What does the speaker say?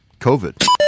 COVID